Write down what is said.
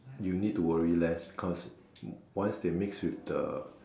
you need to worry less because once they mix with the